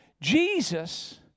Jesus